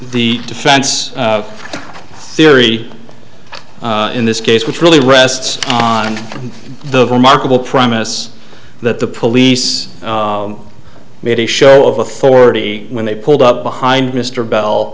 the defense theory in this case which really rests on the remarkable promise that the police made a show of authority when they pulled up behind mr bell